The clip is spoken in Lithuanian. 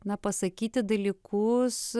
na pasakyti dalykus